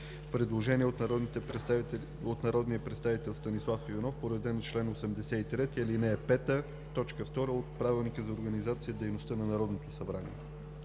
Предложение от народния представител Станислав Иванов по реда на чл. 83, ал. 5, т. 2 от Правилника за организацията и дейността на Народното събрание.